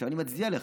אני מצדיע לך,